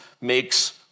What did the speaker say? makes